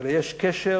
אלא יש קשר